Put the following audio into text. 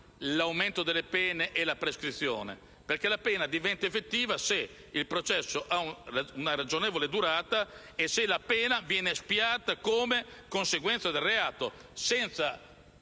l'aumento delle pene e la prescrizione. Infatti, la pena diventa effettiva se il processo ha una ragionevole durata e se la pena viene espiata come conseguenza del reato.